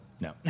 No